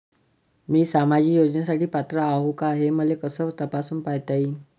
मी सामाजिक योजनेसाठी पात्र आहो का, हे मले कस तपासून पायता येईन?